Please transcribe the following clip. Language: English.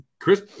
Chris